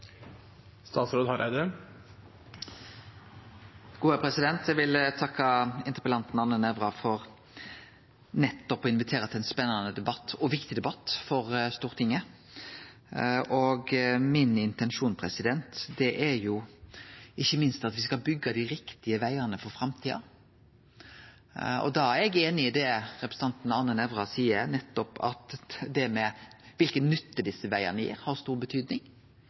Eg vil takke interpellanten Arne Nævra for å invitere til ein spennande og viktig debatt for Stortinget. Min intensjon er ikkje minst at me skal byggje dei riktige vegane for framtida. Da er eg einig i det representanten Arne Nævra seier, at nettopp det med kva nytte desse vegane gir, har stor